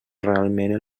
realment